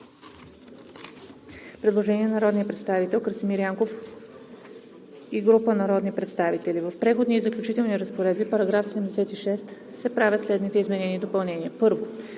предложение на народния представител Красимир Янков и група народни представители: „В Преходни и заключителни разпоредби, в § 76 се правят следните изменения и допълнения: